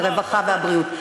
הרווחה והבריאות.